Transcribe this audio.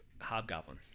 Hobgoblin